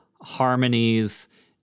harmonies